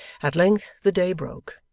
at length the day broke,